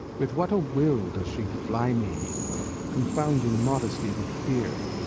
with what a will does she fly me confounding modesty with fear!